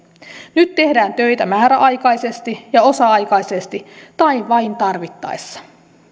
nyt tehdään töitä määräaikaisesti ja osa aikaisesti tai vain tarvittaessa